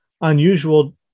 unusual